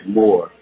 more